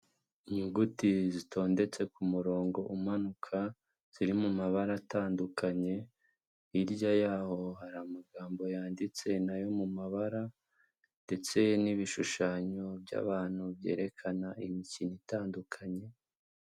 Inyuguti zitondetse ku murongo umanuka ziri mu mabara atandukanye, hirya yaho hari amagambo yanditse nayo mu mabara ndetse n'ibishushanyo by'abantu byerekana imikino itandukanye.